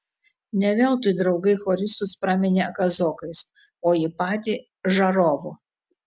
ne veltui draugai choristus praminė kazokais o jį patį žarovu